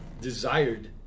desired